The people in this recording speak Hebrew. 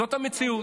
זאת המציאות.